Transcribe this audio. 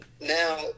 now